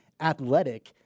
athletic